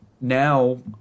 now